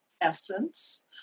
Essence